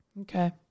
Okay